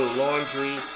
laundry